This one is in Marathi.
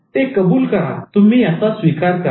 ते कबूल करा तुम्ही याचा स्वीकार करा